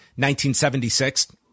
1976